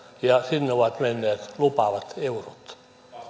ja sinne ovat menneet lupaavat eurot